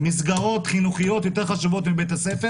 מסגרות חינוכיות יותר חשובות מבית הספר